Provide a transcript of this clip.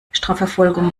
strafverfolgung